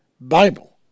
Bible